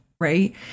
Right